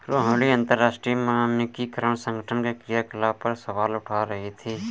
रोहिणी अंतरराष्ट्रीय मानकीकरण संगठन के क्रियाकलाप पर सवाल उठा रही थी